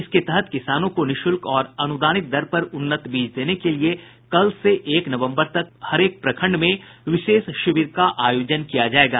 इसके तहत किसानों को निःशुल्क और अनुदानित दर पर उन्नत बीज देने के लिए कल से एक नवम्बर तक हरेक प्रखंड में विशेष शिविर का आयोजन किया जायेगा